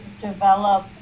develop